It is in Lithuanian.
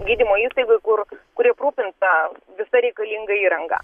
gydymo įstaigoj kur kuri aprūpinta visa reikalinga įranga